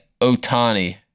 Otani